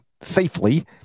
safely